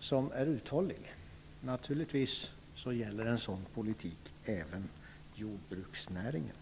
som är uthållig. Naturligtvis gäller en sådan politik även jordbruksnäringen.